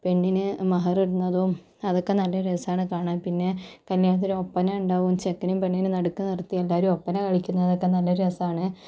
പെണ്ണിനെ മഹർ ഇടുന്നതും അതൊക്കെ നല്ല രസാണ് കാണാൻ പിന്നെ കല്യാണത്തിന് ഒപ്പന ഉണ്ടാവും ചെക്കനും പെണ്ണിനെ നടുക്ക് നിർത്തി എല്ലാരും ഒപ്പന കളിക്കുന്നതൊക്കെ നല്ല രസമാണ്